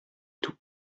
tout